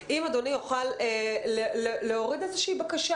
שאם אדוני יוכל להוריד בקשה,